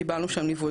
קיבלנו שם ליווי,